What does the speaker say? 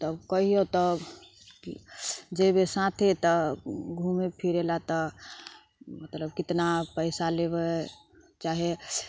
तऽ कहियो तऽ जेबै साथे तऽ घूमै फिरै लए तऽ मतलब कितना पैसा लेबै चाहे